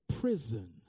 prison